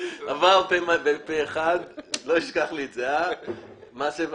הרשויות המקומיות (בחירת ראש הרשות וסגניו וכהונתם) (תיקון,